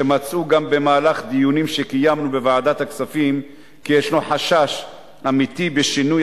שמצאו גם במהלך דיונים שקיימנו בוועדת הכספים שישנו חשש אמיתי בשינוי